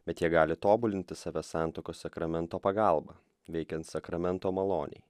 bet jie gali tobulinti save santuokos sakramento pagalba veikiant sakramento malonei